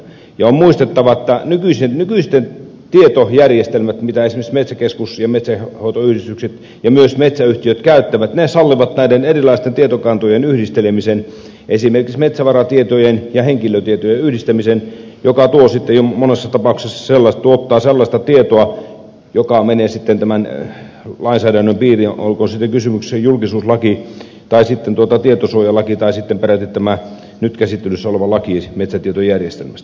on muistettava että nykyiset tietojärjestelmät mitä esimerkiksi metsäkeskus ja metsänhoitoyhdistykset ja myös metsäyhtiöt käyttävät sallivat näiden erilaisten tietokantojen yhdistelemisen esimerkiksi metsävaratietojen ja henkilötietojen yhdistämisen joka tuottaa sitten jo monessa tapauksessa sellaista tietoa joka menee sitten tämän lainsäädännön piiriin olkoon sitten kysymyksessä julkisuuslaki tai tietosuojalaki tai sitten peräti nyt käsittelyssä oleva laki metsätietojärjestelmästä